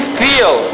feel